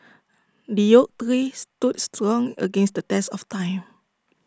the oak tree stood strong against the test of time